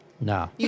No